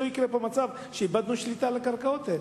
שלא יקרה פה מצב שאיבדנו שליטה על הקרקעות האלה.